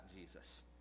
Jesus